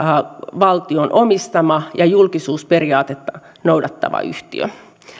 valtion omistama ja julkisuusperiaatetta noudattava yhtiö